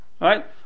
Right